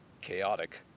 chaotic